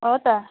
हो त